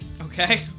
Okay